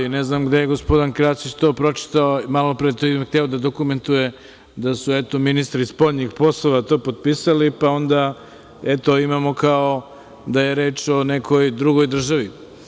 Ne znam gde je to gospodin Krasić to pročitao, i malo pre hteo da dokumentuje, da su eto, ministri spoljnih poslova to potpisali, pa onda, eto, imamo, kao da je reč o nekoj drugoj državi.